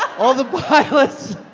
all the pilots.